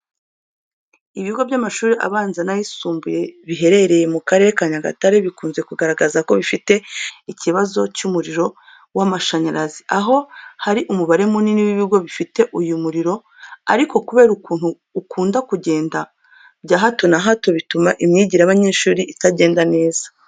Ibigo bw'amashuri abanza n'ayisumbuye biherereye mu karere ka Nyagatare bikunze kugaragaza ko bifite ikibazo cy'umuriro w'amashanyarazi, aho hari umubare munini w'ibigo bifite uyu muriro ariko kubera ukuntu ukunda kugenda bya hato na hato bituma imyigire y'abanyeshuri itagenda neza.